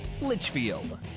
Litchfield